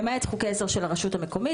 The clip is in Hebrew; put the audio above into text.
למעט חוקי עזר של הרשות המקומית,